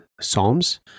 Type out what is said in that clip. psalms